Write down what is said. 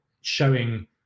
showing